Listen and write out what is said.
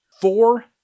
Four